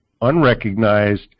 unrecognized